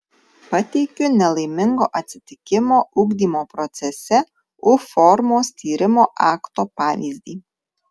pateikiu nelaimingo atsitikimo ugdymo procese u formos tyrimo akto pavyzdį